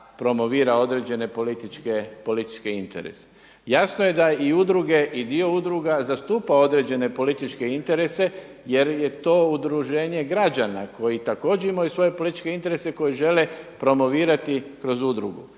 promovira određene političke interese. Jasno da i udruge i dio udruga zastupa određene političke interese jer je to udruženje građana koji također imaju svoje političke interese koje žele promovirati kroz udrugu